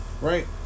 Right